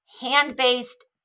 hand-based